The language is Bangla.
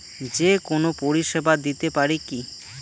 যে কোনো পরিষেবা দিতে পারি কি?